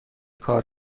کار